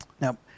Now